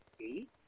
Eight